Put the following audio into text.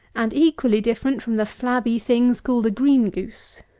and equally different from the flabby things called a green goose.